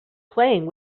playing